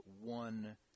one